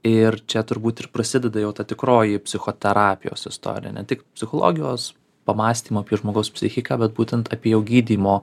ir čia turbūt ir prasideda jau ta tikroji psichoterapijos istorija ne tik psichologijos pamąstymų apie žmogaus psichiką bet būtent apie jau gydymo